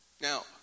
Now